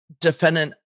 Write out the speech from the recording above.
Defendant